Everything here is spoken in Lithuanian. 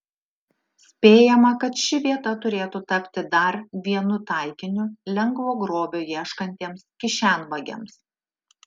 spėjama kad ši vieta turėtų tapti dar vienu taikiniu lengvo grobio ieškantiems kišenvagiams